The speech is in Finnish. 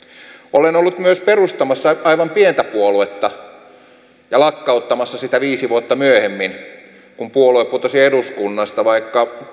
olen ollut myös perustamassa aivan pientä puoluetta ja lakkauttamassa sitä viisi vuotta myöhemmin kun puolue putosi eduskunnasta vaikka